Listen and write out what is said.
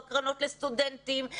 בקרנות לסטודנטים,